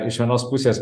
iš vienos pusės